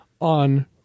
on